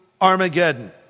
Armageddon